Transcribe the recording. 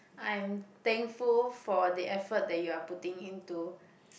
I am thankful for the effort that you are putting in to